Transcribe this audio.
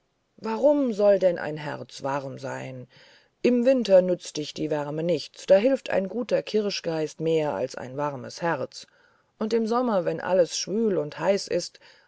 warum soll denn ein herz warm sein im winter nützt dich die wärme nichts da hilft ein guter kirschgeist mehr als ein warmes herz und im sommer wenn alles schwül und heiß ist